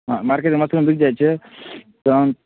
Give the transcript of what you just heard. हँ मार्केटमे मशरूम बिक जाइ छै तखन